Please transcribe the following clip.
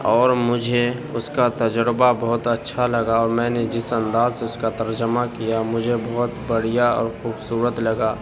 اور مجھے اس کا تجربہ بہت اچھا لگا اور میں نے جس انداز میں اس کا ترجمہ کیا مجھے بہت بڑھیا اور خوبصورت لگا